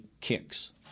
kicks